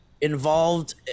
involved